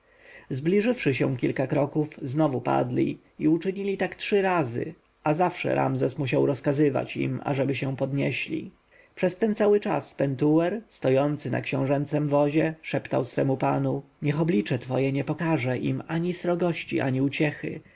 zbliżywszy się o kilka kroków znowu padli i uczynili tak trzy razy a zawsze ramzes musiał rozkazywać im ażeby się podnieśli przez ten czas pentuer stojący na książęcym wozie szeptał swojemu panu niech oblicze twoje nie pokaże im ani srogości ani uciechy